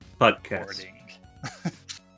Podcast